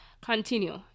continue